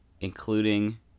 including